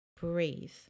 breathe